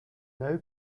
now